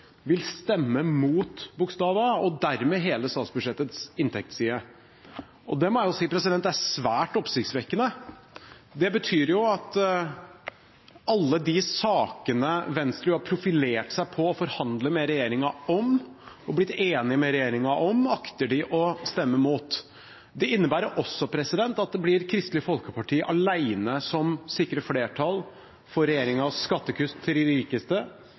vil stemme mot A og dermed hele statsbudsjettets inntektsside. Det må jeg si er svært oppsiktsvekkende. Det betyr jo at alle de sakene Venstre har profilert seg på å forhandle med regjeringen om, og blitt enig med regjeringen om, akter de å stemme mot. Det innebærer også at det blir Kristelig Folkeparti alene som sikrer flertall for regjeringens skattekutt til de rikeste